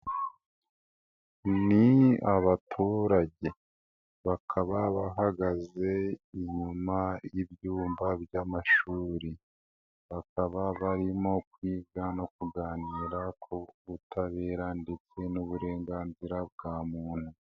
Ni abaturage bakaba bahagaze inyuma y'ibyumba by'amashuri, bakaba barimo kwiga no kuganira ku butabera ndetse n'uburenganzira bwa muntu.